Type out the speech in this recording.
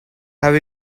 have